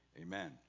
Amen